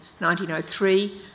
1903